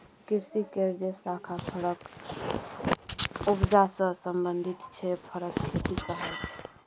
कृषि केर जे शाखा फरक उपजा सँ संबंधित छै फरक खेती कहाइ छै